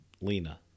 Lena